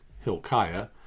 Hilkiah